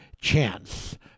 chance